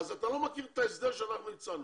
אז אתה לא מכיר את ההסדר שאנחנו הצענו.